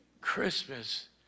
Christmas